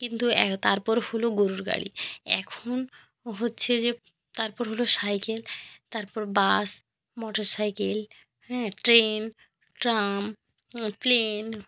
কিন্তু অ্যা তারপর হল গরুর গাড়ি এখন হচ্ছে যে তারপর হল সাইকেল তারপর বাস মোটর সাইকেল হ্যাঁ ট্রেন ট্রাম প্লেন